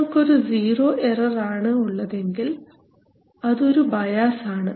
നിങ്ങൾക്ക് ഒരു zero error ആണ് ഉള്ളതെങ്കിൽ അത് ഒരു ബയാസ് ആണ്